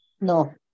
No